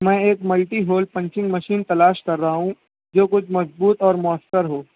میں ایک multi hole punching machine تلاش کر رہا ہوں جو کچھ مضبوط اور مؤثر ہو